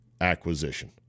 acquisition